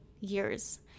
years